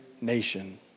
nation